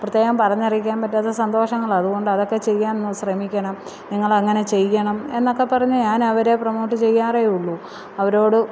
പ്രത്യേകം പറഞ്ഞറിയിക്കാൻ പറ്റാത്ത സന്തോഷങ്ങളാണ് അത്കൊണ്ട് അതൊക്കെ ചെയ്യാന് ന്ന് ശ്രമിക്കണം നിങ്ങളങ്ങനെ ചെയ്യണം എന്നൊക്കെ പറഞ്ഞ് ഞാനവരെ പ്രമോട്ട് ചെയ്യാറെ ഉള്ളു അവരോട്